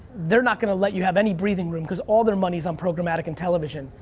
they're not gonna let you have any breathing room cuz all their money's on programmatic and television.